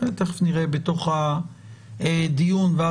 אחד מ- - תראה שבסעיף של הנתונים בדיוק השאלה של הנתונים